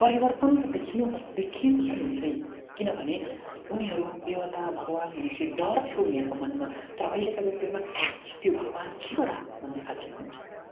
परिवर्तन त देखिनु पर् देखिएको छ नि धेरै किनभने उनीहरू देवता भगवान् भनेपछि डर थियो उनीहरूको मनमा तर अहिलेका व्यक्तिहरूमा एयाच त्यो भगवान् के हो र भन्ने खालको हुन्छ